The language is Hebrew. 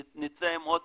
ונצא עם עוד